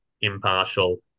impartial